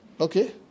Okay